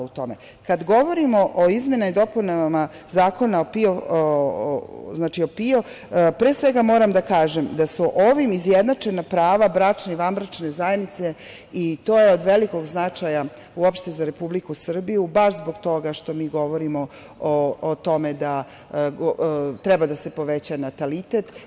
Kad govorimo o izmenama i dopunama Zakona o PIO, pre svega moram da kažem da su ovim izjednačena prava bračne i vanbračne zajednice i to je od velikog značaja uopšte za Republiku Srbiju, baš zbog toga što mi govorimo o tome da treba da se poveća natalitet.